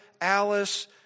Alice